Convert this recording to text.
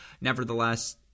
Nevertheless